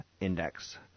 Index